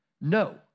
no